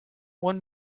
one